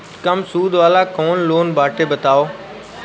कम सूद वाला कौन लोन बाटे बताव?